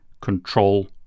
control